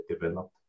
developed